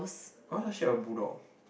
why does she have a bulldog